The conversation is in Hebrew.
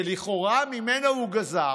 שלכאורה ממנו הוא גזר,